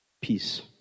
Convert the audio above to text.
peace